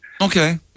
Okay